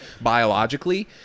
biologically